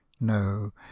no